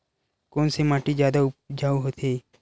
कोन से माटी जादा उपजाऊ होथे?